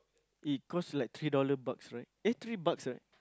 it cost like three dollar bucks right eh three bucks right